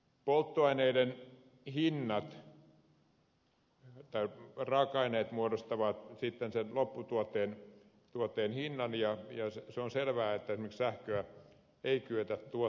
polttoaineiden raaka aineet muodostavat sitten sen lopputuotteen hinnan ja se on selvää että esimerkiksi sähköä ei kyetä tuottamaan tuulella